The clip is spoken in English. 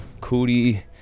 Cootie